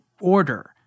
order